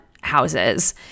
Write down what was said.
houses